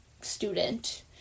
student